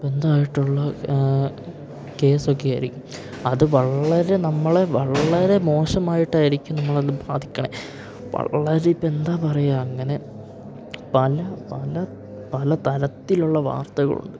ബന്ധായിട്ടുള്ള കേസൊക്കെ ആയിരിക്കും അത് വളരെ നമ്മളെ വളരെ മോശമായിട്ടായിരിക്കും നമ്മളെ അത് ബാധിക്കണേ വളരെ ഇപ്പം എന്താ പറയുക അങ്ങനെ പല പല പല തരത്തിലുള്ള വാർത്തകളുണ്ട്